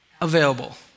available